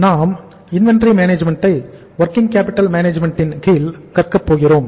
நாம் inventory management ன் கீழ் கற்க போகிறோம்